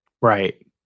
Right